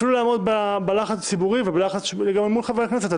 אפילו לעמוד בלחץ הציבורי ובלחץ מול חברי הכנסת.